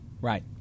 Right